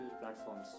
platforms